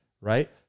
Right